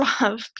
love